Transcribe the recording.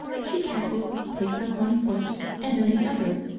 she cackles, takes up one foot and then the other,